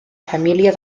família